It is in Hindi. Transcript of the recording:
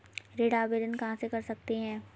ऋण आवेदन कहां से कर सकते हैं?